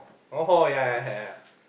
oh ya ya ya